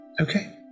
Okay